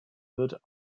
wird